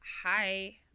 hi